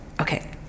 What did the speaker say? Okay